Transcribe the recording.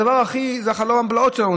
זה חלום הבלהות שלנו.